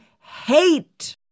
hate